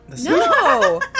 No